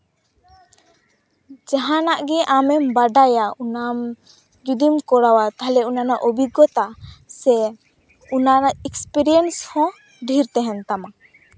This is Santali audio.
ᱡᱟᱦᱟᱱᱟᱜ ᱜᱮ ᱟᱢᱮᱢ ᱵᱟᱰᱟᱭᱟ ᱚᱱᱟ ᱡᱩᱫᱤᱢ ᱠᱚᱨᱟᱣᱟ ᱛᱟᱦᱞᱮ ᱚᱱᱟ ᱨᱮᱱᱟᱜ ᱚᱵᱷᱤᱜᱽᱜᱚᱛᱟ ᱥᱮ ᱚᱱᱟ ᱨᱮᱱᱟᱜ ᱤᱠᱥᱯᱨᱮᱤᱭᱮᱱᱥ ᱦᱚᱸ ᱰᱷᱮᱨ ᱛᱟᱦᱮᱱ ᱛᱟᱢᱟ